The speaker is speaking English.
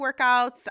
workouts